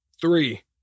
Three